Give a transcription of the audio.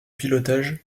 pilotage